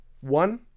one